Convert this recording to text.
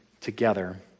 together